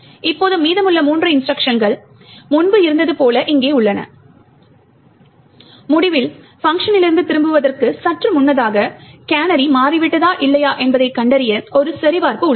இப்போது மீதமுள்ள மூன்று இன்ஸ்ட்ருக்ஷன்கள் முன்பு இருந்தது போல இங்கே உள்ளன முடிவில் பங்க்ஷனிலிருந்து திரும்புவதற்கு சற்று முன்னதாகவே கேனரி மாறிவிட்டதா இல்லையா என்பதைக் கண்டறிய ஒரு சரிபார்ப்பு உள்ளது